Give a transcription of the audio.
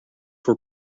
were